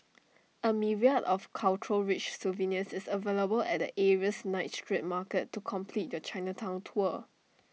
A myriad of cultural rich souvenirs is available at the area's night street market to complete your Chinatown tour